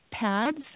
Pads